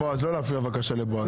בבקשה, לא להפריע לבועז.